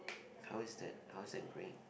how is that how is that grey